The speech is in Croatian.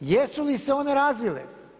Jesu li se one razvile?